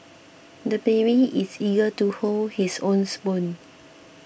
the baby is eager to hold his own spoon